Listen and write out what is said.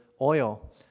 oil